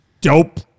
Dope